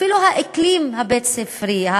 אפילו האקלים הבית-ספרי,